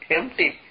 Empty